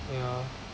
ya